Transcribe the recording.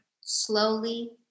slowly